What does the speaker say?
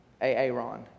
aaron